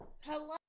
Hello